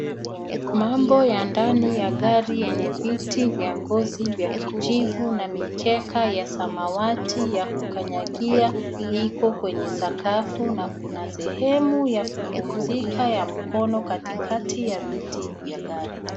Mambo ya ndani ya gari yenye viti vya ngozi vya kijivu na mikeka ya samawati ya kukanyagia iko kwenye sakafu na kuna sehemu ya kupumzika ya mkono katikati ya viti vya gari.